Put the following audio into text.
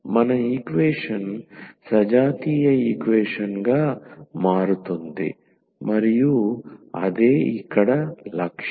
మన ఈక్వేషన్ సజాతీయ ఈక్వేషన్ గా మారుతుంది మరియు అదే ఇక్కడ లక్ష్యం